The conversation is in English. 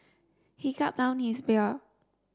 he gulped down his beer